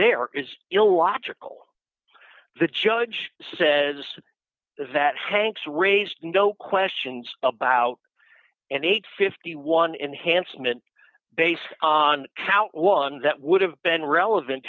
there is illogical the judge says that hanks raised no questions about an eight hundred and fifty one enhancement based on count one that would have been relevant